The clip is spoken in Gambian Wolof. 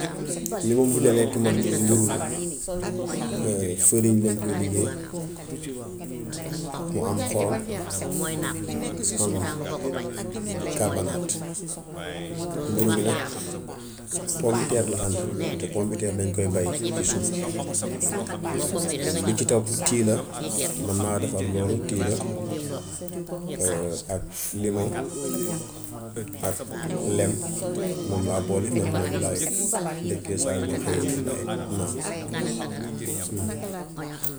Li ma bëgg a lekk man mburu la mburu lañ koy liggéey mu am xorom am karbonaat. Mburu bi nag pombiteer la hàndal, te pombiteer dañ koy bay si suuf. Li ci toppu tea la. Man maa defar loolu ak limoo ak lem. Moom laa boole. Man moom laay ndekkee saa yu ma xëyee, moom laay naan.